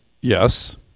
yes